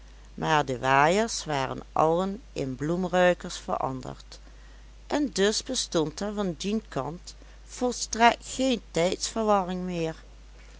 maar de waaiers waren allen in bloemruikers veranderd en dus bestond er van dien kant volstrekt geen tijdsverwarring meer